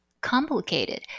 complicated